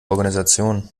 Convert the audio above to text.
organisation